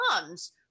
comes